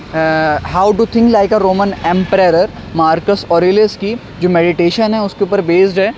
جو میڈیٹیشن ہے اس کے اوپر بیسڈ ہے